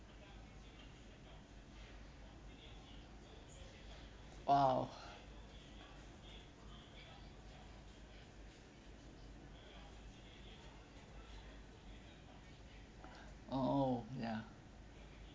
!wow! oh ya